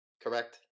Correct